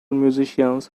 musicians